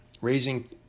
raising